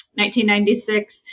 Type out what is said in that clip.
1996